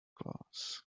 class